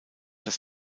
das